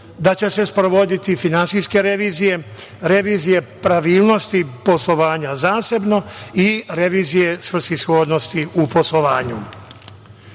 da će se sprovoditi finansijske revizije, revizije pravilnosti poslovanja zasebno i revizije svrsishodnosti u poslovanju. Sve